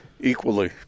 equally